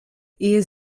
ehe